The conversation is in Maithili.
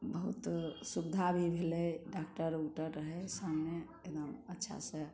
बहुत सुबिधा भी भेलै डाक्टर ओक्टर रहै सामने एकदम अच्छासँ